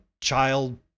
child